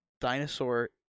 dinosaur